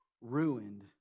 ruined